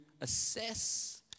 assess